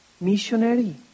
missionary